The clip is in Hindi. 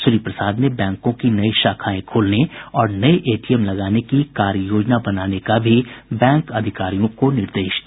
श्री प्रसाद ने बैंकों की नई शाखाएं खोलने और नये एटीएम लगाने की कार्य योजना बनाने का भी बैंक अधिकारियों को निर्देश दिया